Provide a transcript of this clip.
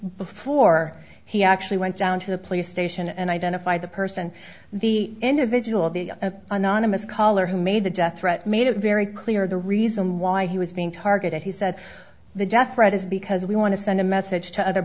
before he actually went down to the police station and identified the person the individual the anonymous caller who made the death threat made it very clear the reason why he was being targeted he said the death threat is because we want to send a message to other